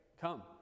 come